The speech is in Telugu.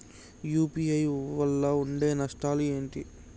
యూ.పీ.ఐ వల్ల ఉండే నష్టాలు ఏంటి??